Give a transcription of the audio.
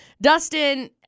Dustin